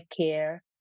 care